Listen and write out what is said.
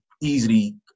easily